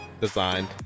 Designed